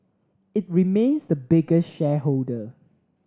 it remains the biggest shareholder